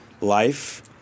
life